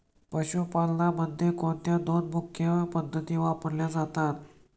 पशुपालनामध्ये कोणत्या दोन मुख्य पद्धती वापरल्या जातात?